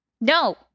No